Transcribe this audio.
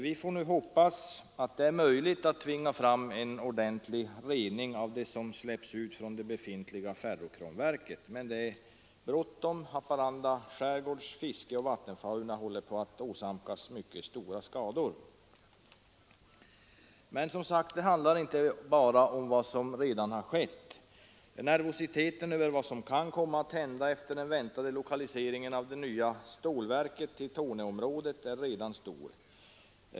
Vi får nu hoppas att det är möjligt att tvinga fram en ordentlig rening av det som släpps ut från det befintliga ferrokromverket. Men det är bråttom. Haparanda skärgårds fiske och vattenfauna håller på att åsamkas mycket stora skador. Men det handlar inte bara om vad som redan har skett. Nervositeten för vad som kan komma att hända efter den väntade lokaliseringen av det nya stålverket till Torneområdet är redan stor.